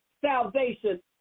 salvation